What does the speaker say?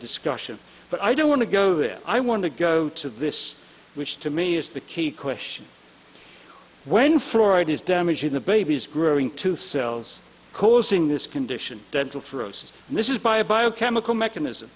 discussion but i don't want to go there i want to go to this which to me is the key question when freud is damaging the baby's growing to cells causing this condition dental for us this is by a biochemical mechanism